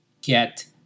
get